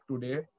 today